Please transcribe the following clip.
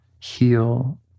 heal